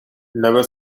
never